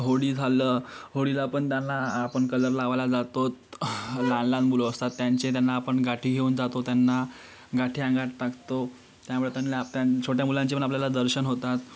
होळी झालं होळीला पण त्यांना आपण कलर लावायला जातो लहान लहान मुलं असतात त्यांचे त्यांना आपण गाठी घेऊन जातो त्यांना गाठी अंगात टाकतो त्यामुळे त्या छोट्या मुलांचे पण आपल्याला दर्शन होतात